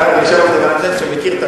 שר התקשורת לשעבר, שמכיר את